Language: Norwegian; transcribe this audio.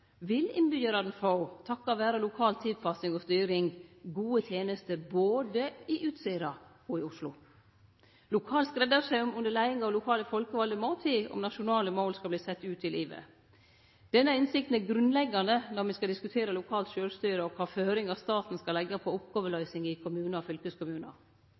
vil innbyggjarane takk vere lokal tilpassing og styring få gode tenester både i Utsira og i Oslo. Lokal skreddarsaum under leiing av lokale folkevalde må til om nasjonale mål skal verte sette ut i livet. Denne innsikta er grunnleggjande når me skal diskutere lokalt sjølvstyre og kva føringar staten skal leggje på oppgåveløysing i kommunar og fylkeskommunar.